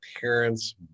parents